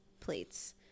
plates